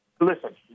Listen